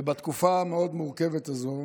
ובתקופה המאוד-מורכבת הזאת